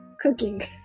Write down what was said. cooking